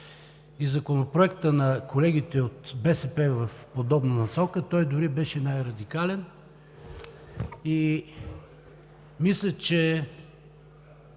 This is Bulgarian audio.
И Законопроектът на колегите от БСП е в подобна насока. Той дори беше най-радикален и мисля, че,